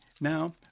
now